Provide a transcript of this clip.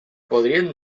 podríem